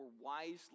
wisely